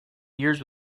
years